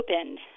opened